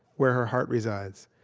where her heart resides.